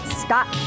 stop